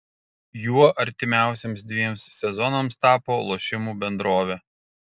juo artimiausiems dviems sezonams tapo lošimų bendrovė